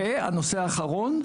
הנושא האחרון,